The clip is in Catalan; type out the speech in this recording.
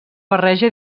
barreja